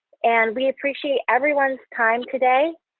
and we appreciate everyone's time today.